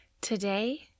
Today